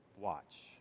watch